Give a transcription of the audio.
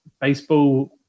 baseball